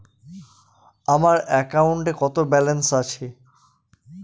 আমার অ্যাকাউন্টে কত ব্যালেন্স আছে?